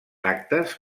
actes